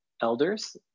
elders